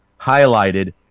highlighted